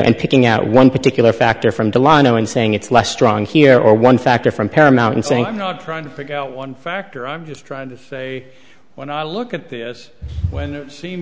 know and picking out one particular factor from delano and saying it's less strong here or one factor from paramount and saying i'm not trying to figure out one factor i'm just trying to say when i look at this when i see